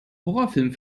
horrorfilm